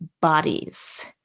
bodies